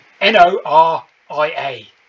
N-O-R-I-A